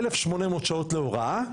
1800 שעות להוראה,